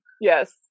Yes